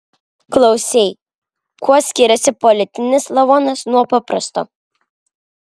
klausei kuo skiriasi politinis lavonas nuo paprasto